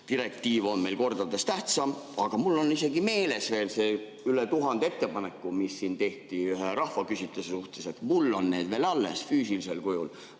direktiiv on meile kordades tähtsam. Aga mul on isegi meeles veel need üle tuhande ettepaneku, mis tehti ühe rahvaküsitluse kohta. Mul on need veel alles füüsilisel kujul,